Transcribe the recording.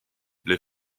les